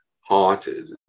haunted